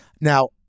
Now